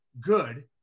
good